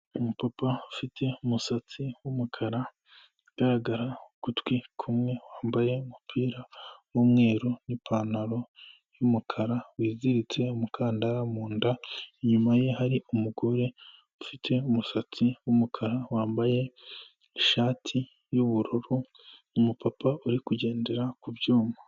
Umukobwapa ufite umusatsi w'umukara ugaragara ugutwi kumwe wambaye umupira w'umweru n'ipantaro y'umukara wiziritse umukandara mu nda, inyuma ye hari umugore ufite umusatsi w'umukara wambaye ishati y'ubururu n'umupapa uri kugendera ku byuma.